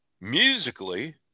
musically